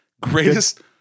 Greatest